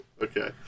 Okay